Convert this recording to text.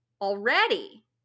already